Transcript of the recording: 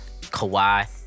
Kawhi